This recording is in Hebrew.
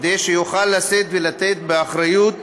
כדי שיוכל לשאת ולתת באחריות